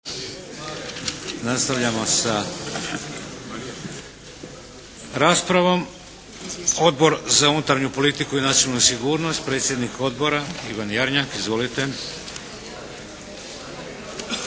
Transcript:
Nastavljamo sa raspravom. Odbor za unutarnju politiku i nacionalnu sigurnost, predsjednik Odbora Ivan Jarnjak. Izvolite!